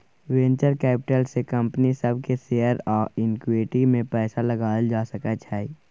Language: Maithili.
वेंचर कैपिटल से कंपनी सब के शेयर आ इक्विटी में पैसा लगाएल जा सकय छइ